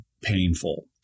painful